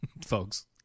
folks